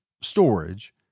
storage